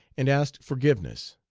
and asked forgiveness.